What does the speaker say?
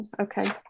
okay